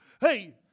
Hey